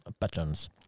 patterns